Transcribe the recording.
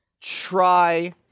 try